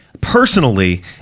personally